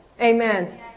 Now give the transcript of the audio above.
Amen